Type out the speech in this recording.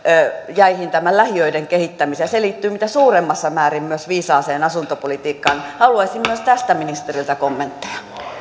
jäihin tämän lähiöiden kehittämisen ja se liittyy mitä suurimmassa määrin myös viisaaseen asuntopolitiikkaan haluaisin myös tästä ministeriltä kommentteja